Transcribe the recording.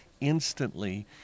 instantly